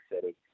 city